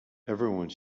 everyone